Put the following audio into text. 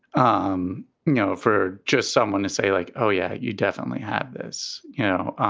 um know, for just someone to say, like, oh, yeah, you definitely have this, you know.